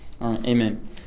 Amen